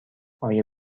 آیا